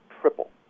triple